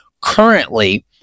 currently